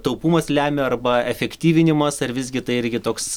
taupumas lemia arba efektyvinimas ar visgi tai irgi toks